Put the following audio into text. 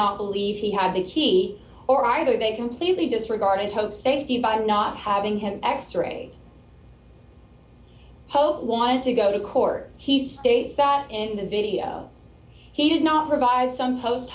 not believe he had the key or are they completely disregarding hope safety by not having him x ray hope wanted to go to court he states that in the video he did not provide some post